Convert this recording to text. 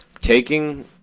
taking